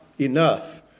enough